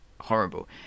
horrible